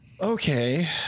Okay